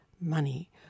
money